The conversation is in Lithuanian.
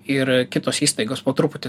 ir kitos įstaigos po